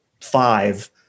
five